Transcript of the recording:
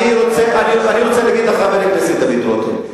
אני רוצה לומר לחבר הכנסת דוד רותם,